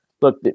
look